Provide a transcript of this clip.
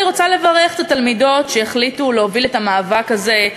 אני רוצה לברך את התלמידות שהחליטו להוביל את המאבק הזה.